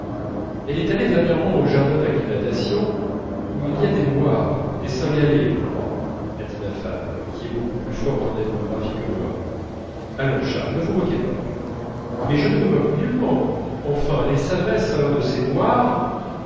elle est allée dernièrement au jardin d'acclimatation où il y a des noirs des cynghalais je crois a dit ma femme qui est beaucoup plus forte en ethnographie que moi allons charles ne vous moquez pas mais je ne me moque nullement enfin elle s'adresse à un de ces noirs